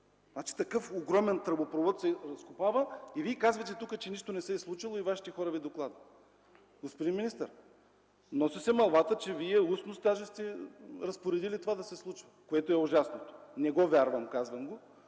такъв огромен тръбопровод се разкопава, и Вие казвате, че нищо не се е случило и Вашите хора Ви докладват. Господин министър, носи се мълвата, че Вие устно даже сте разпоредили това да се случи, което е ужасното. Не го вярвам, казвам го,